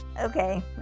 Okay